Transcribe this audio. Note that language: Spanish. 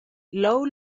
law